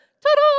Ta-da